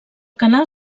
canal